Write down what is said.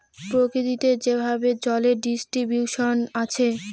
প্রকৃতিতে যেভাবে জলের ডিস্ট্রিবিউশন আছে